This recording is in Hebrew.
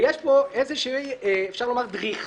ויש פה איזושהי אפשר לומר דריכה,